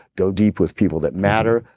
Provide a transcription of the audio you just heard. go deep with people that matter,